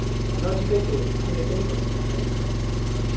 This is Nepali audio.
नजिकैको कुनै पनि घटनाहरू